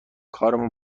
کارمون